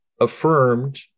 affirmed